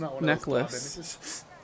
necklace